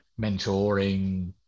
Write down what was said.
mentoring